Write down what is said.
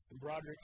Broderick